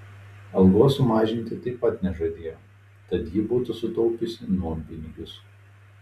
algos sumažinti taip pat nežadėjau tad ji būtų sutaupiusi nuompinigius